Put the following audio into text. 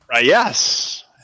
Yes